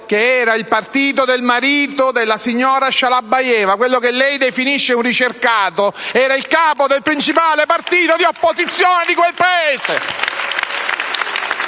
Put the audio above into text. cioè il partito del marito della signora Shalabayeva: quello che lei definisce un ricercato, era dunque il capo del principale partito di opposizione del